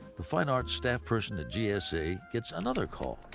the fine arts staff person at gsa gets another call,